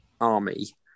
army